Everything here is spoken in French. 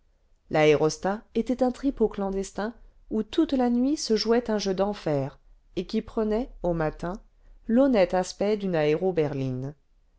l'aérostat était un tripot clandestin où toute la mût se jouait un jeu d'enfer et qui prenait au matin l'honnête aspect d'une aéro berline